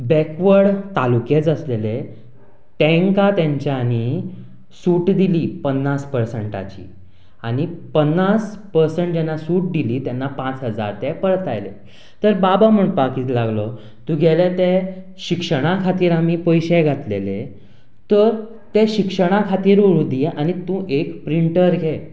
backward तालुके आशिल्ले तांकां तांच्यांनी सूट दिली पन्नास पर्संटाची आनी पन्नास पर्संट जेन्ना सूट दिली तेन्ना पांच हजार ते परत आयले तर बाबा म्हणपाक कितें लागलो तुज्या तें शिक्षणा खातीर आमीं ते पयशे घातिल्ले तर ते शिक्षणा खातीर उरूंक दी आनी तूं एक प्रिंटर घे